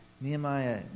Nehemiah